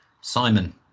simon